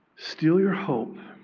steal your hope,